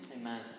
Amen